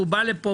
הוא בא לפה,